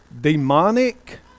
demonic